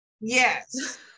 yes